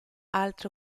altre